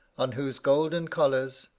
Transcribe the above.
on whose golden collars,